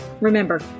Remember